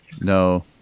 No